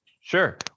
sure